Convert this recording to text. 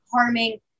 harming